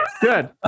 Good